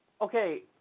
Okay